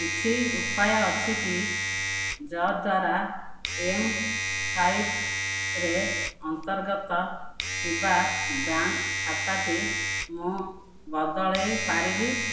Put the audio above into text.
କିଛି ଉପାୟ ଅଛି କି ଯଦ୍ୱାରା ଏମ୍ସ୍ୱାଇପ୍ରେ ଅନ୍ତର୍ଗତ ଥିବା ବ୍ୟାଙ୍କ୍ ଖାତାଟି ମୁଁ ବଦଳେଇ ପାରିବି